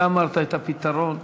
אתה אמרת את הפתרון,